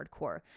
hardcore